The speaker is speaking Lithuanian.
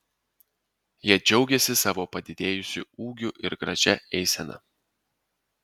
jie džiaugėsi savo padidėjusiu ūgiu ir gražia eisena